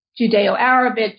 Judeo-Arabic